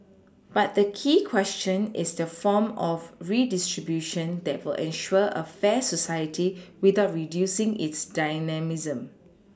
but the key question is the form of redistribution that will ensure a fair society without Reducing its dynamism